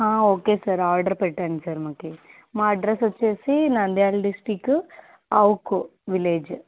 okay sir order పెట్టండి sir మాకు మా అడ్రస్ వచ్చేసి నందయాాల డిస్ట్రిక్ట్ ఆవుకు విలేజ్